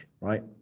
right